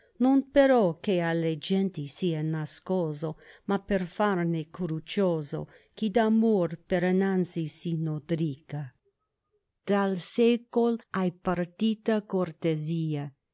non però che a le genti sia nascoso ma per farne cruccioso chi d'amor per innanzi si nodrica dal secol hai partita cortesia